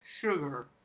sugar